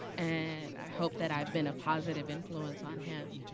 and i hope that i've been a positive influence on him.